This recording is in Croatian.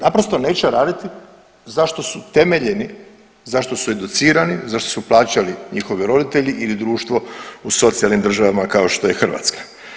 Naprosto neće raditi za što su temeljeni, za što su educirani, za što su plaćali njihovi roditelji ili društvo u socijalnim državama kao što je Hrvatska.